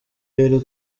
rero